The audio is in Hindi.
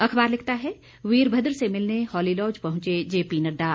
अखबार लिखता है वीरभद्र से मिलने हॉलीलॉज पहुंचे जेपी नड्डा